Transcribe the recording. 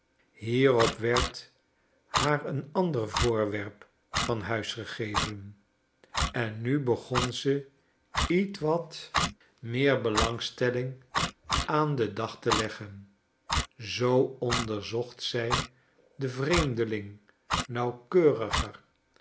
hierop werd haar een ander voorwerp van huis gegeven en nu begon ze ietwat meer belangstelling aan den dag te leggen zoo onderzocht zij de vreemdeling nauwkeuriger